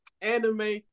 anime